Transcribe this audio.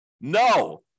No